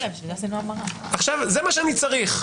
זה מה שאני צריך,